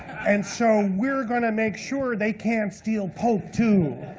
and so we're gonna make sure they can't steal pope, too.